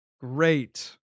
great